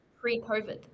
pre-COVID